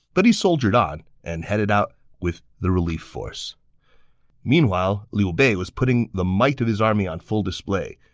but he soldiered on and headed out with the relief force meanwhile, liu liu bei was putting the might of his army on full display.